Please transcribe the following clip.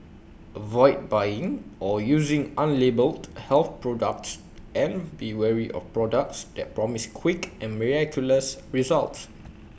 avoid buying or using unlabelled health products and be wary of products that promise quick and miraculous results